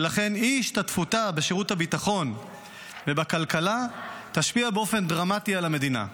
ולכן אי-השתתפותה בשירות הביטחון ובכלכלה תשפיע באופן דרמטי על המדינה.